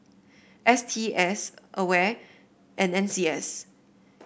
S T S Aware and N C S